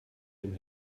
dem